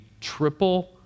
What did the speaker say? triple